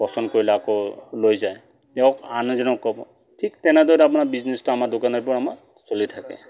পচন্দ কৰিলে আকৌ লৈ যায় তেওঁ আন এজনক ক'ব ঠিক তেনেদৰে আপোনাৰ বিজনেছটো আমাৰ দোকান এইটো আমাৰ চলি থাকে